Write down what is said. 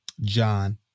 John